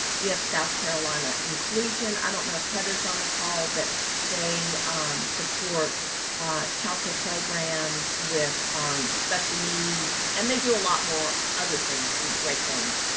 we have south carolina inclusion. i don't know if heather's on the call, but they support child care programs with special needs. and they do a lot more other things, do great things.